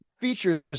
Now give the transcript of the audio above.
features